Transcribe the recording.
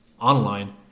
online